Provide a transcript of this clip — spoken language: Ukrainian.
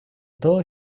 того